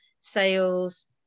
sales